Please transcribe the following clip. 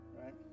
right